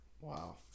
Wow